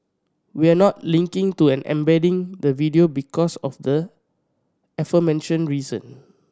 we're not linking to an embedding the video because of the aforementioned reason